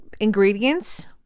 ingredients